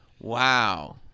Wow